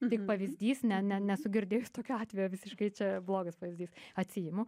tik pavyzdys ne ne nesu girdėjus tokio atvejo visiškai čia blogas pavyzdys atsiimu